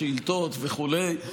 שאילתות וכו'.